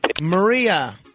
Maria